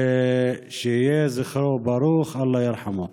יהיה זכרו ברוך, אללה ירחמו.